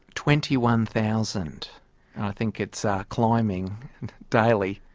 twenty one thousand. and i think it's ah climbing daily.